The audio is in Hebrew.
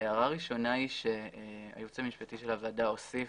הערה ראשונה היא שהייעוץ המשפטי של הוועדה הוסיף,